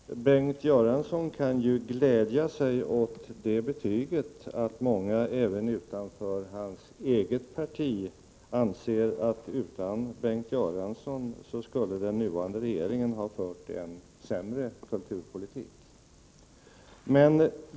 Herr talman! Bengt Göransson kan glädja sig åt det betyget att många även utanför hans eget parti anser att den nuvarande regeringen skulle ha fört en sämre kulturpolitik utan Bengt Göransson.